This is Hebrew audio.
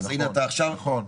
נכון.